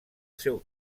seu